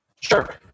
Sure